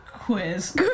Quiz